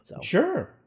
Sure